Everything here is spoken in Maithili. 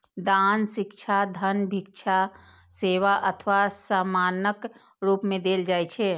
दान शिक्षा, धन, भिक्षा, सेवा अथवा सामानक रूप मे देल जाइ छै